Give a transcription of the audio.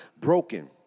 broken